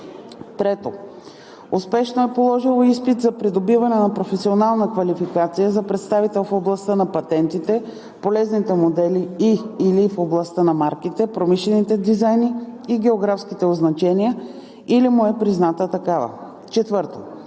3. успешно е положило изпит за придобиване на професионална квалификация за представител в областта на патентите, полезните модели и/или в областта на марките, промишлените дизайни и географските означения или му е призната такава; 4.